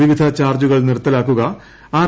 വിവിധ ചാർജ്ജുകൾ നിർത്തലാക്കുക ആർ